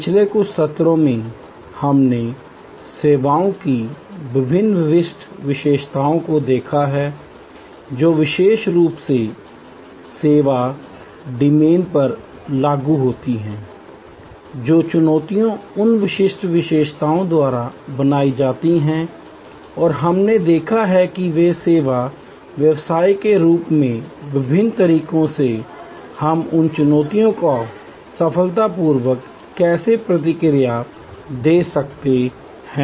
पिछले कुछ सत्रों में हमने सेवाओं की विभिन्न विशिष्ट विशेषताओं को देखा है जो विशेष रूप से सेवा डोमेन पर लागू होती हैं जो चुनौतियाँ उन विशिष्ट विशेषताओं द्वारा बनाई जाती हैं और हमने देखा है कि सेवा व्यवसाय के रूप में विभिन्न तरीकों से हम उन चुनौतियों को सफलतापूर्वक कैसे प्रतिक्रिया दे सकते हैं